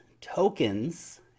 tokens